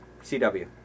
CW